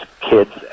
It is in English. kids